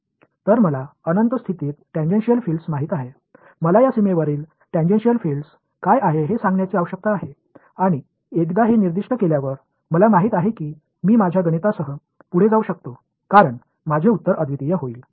तर मला अनंत स्थितीत टेंगेंशिअल फील्ड्स माहित आहेत मला या सीमेवरील टेंगेंशिअल फील्ड्स काय आहेत हे सांगण्याची आवश्यकता आहे आणि एकदा हे निर्दिष्ट केल्यावर मला माहित आहे की मी माझ्या गणितासह पुढे जाऊ शकतो कारण माझे उत्तर अद्वितीय होईल